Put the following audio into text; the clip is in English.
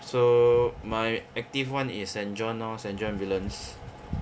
so my active [one] is saint john lor saint john ambulance